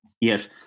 Yes